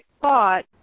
thought